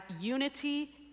unity